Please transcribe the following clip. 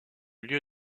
lieu